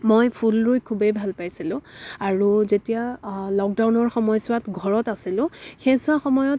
মই ফুল ৰুই খুবেই ভাল পাইছিলোঁ আৰু যেতিয়া লকডাউনৰ সময়ছোৱাত ঘৰত আছিলোঁ সেইচোৱা সময়ত